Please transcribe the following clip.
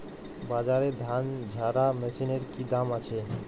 বাজারে ধান ঝারা মেশিনের কি দাম আছে?